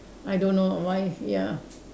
I don't know why ya